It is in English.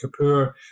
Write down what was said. Kapoor